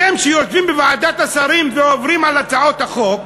אתם שיושבים בוועדת השרים ועוברים על הצעות החוק,